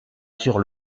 sur